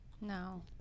No